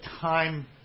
time